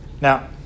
Now